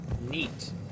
Neat